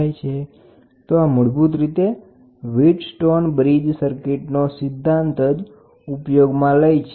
તો અંતે હુ કહીશ કે સ્ટ્રેન ગેજીસ વીટ્સ્ટોન બ્રીજ સર્કિટનો સિદ્ધાંત જ ઉપયોગમાં લે છે